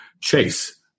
Chase